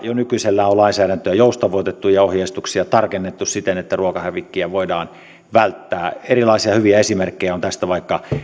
jo nykyisellään on lainsäädäntöä joustavoitettu ja ohjeistuksia tarkennettu siten että ruokahävikkiä voidaan välttää erilaisia hyviä esimerkkejä on tästä vaikka